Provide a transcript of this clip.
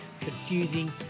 confusing